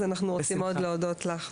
אז אנחנו רוצים להודות לך מאוד.